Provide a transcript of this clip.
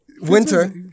Winter